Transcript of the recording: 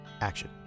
action